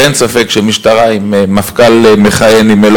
ואין ספק שמשטרה עם מפכ"ל מכהן עם מלוא